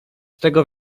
tego